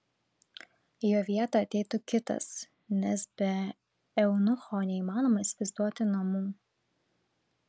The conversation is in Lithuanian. į jo vietą ateitų kitas nes be eunucho neįmanoma įsivaizduoti namų